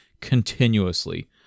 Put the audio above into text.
continuously